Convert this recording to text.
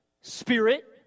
spirit